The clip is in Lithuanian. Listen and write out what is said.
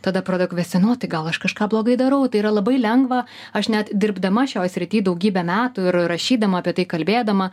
tada pradedu kvestionuot tai gal aš kažką blogai darau tai yra labai lengva aš net dirbdama šioj srity daugybę metų ir rašydama apie tai kalbėdama